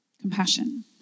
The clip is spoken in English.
compassion